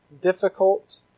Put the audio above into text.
difficult